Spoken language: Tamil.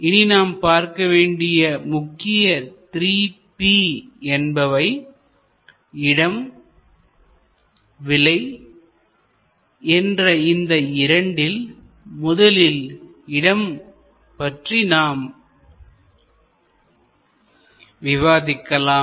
இனி நாம் பார்க்க வேண்டிய முக்கிய 3 P என்பவை இடம் விலை என்ற இந்த இரண்டில் முதலில் இடம் பற்றி நாம் விவாதிக்கலாம்